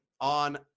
on